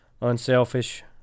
unselfish